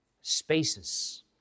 spaces